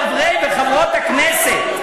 חברי וחברות הכנסת,